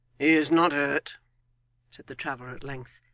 is not hurt said the traveller at length,